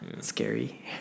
Scary